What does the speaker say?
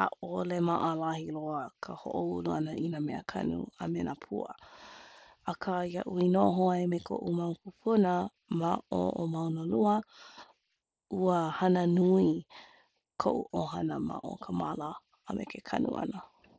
ʻAʻole maʻalahi loa ka hoʻoulu ʻana i nā meakanu a me nā pua. Akā iaʻu i noho ai me koʻu kūpuna ma o ʻo Maunalua, ua hana nui koʻu ʻohana ma o ka māla a me ke kanu ʻana.